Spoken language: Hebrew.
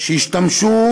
שהשתמשו